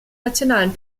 nationalen